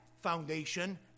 foundation